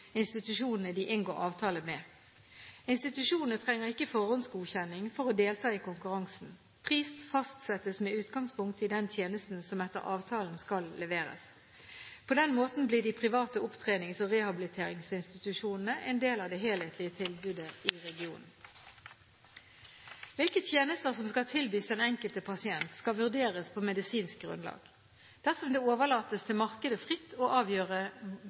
institusjonene de inngår avtale med. Institusjonene trenger ikke forhåndsgodkjenning for å delta i konkurransen. Pris fastsettes med utgangspunkt i den tjenesten som etter avtalen skal leveres. På den måten blir de private opptrenings- og rehabiliteringsinstitusjonene en del av det helhetlige tilbudet i regionen. Hvilke tjenester som skal tilbys den enkelte pasient, skal vurderes på medisinsk grunnlag. Dersom det overlates til markedet fritt å avgjøre